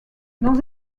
dans